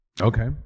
Okay